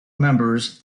members